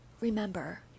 Remember